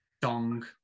dong